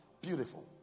Beautiful